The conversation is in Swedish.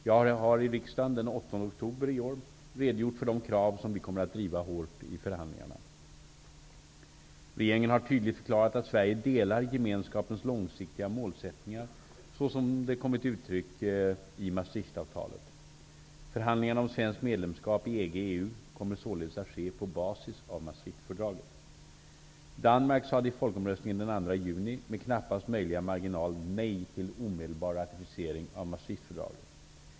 Jag har i riksdagen den 8 oktober i år redogjort för de krav som vi kommer att driva hårt i förhandlingarna. Regeringen har tydligt förklarat att Sverige delar Gemenskapens långsiktiga målsättningar så som de kommit till uttryck i Maastrichtavtalet. kommer således att ske på basis av Danmark sade i folkomröstningen den 2 juni med knappast möjliga marginal nej till omedelbar ratificering av Maastrichtfördraget.